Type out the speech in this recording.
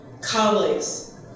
colleagues